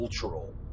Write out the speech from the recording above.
cultural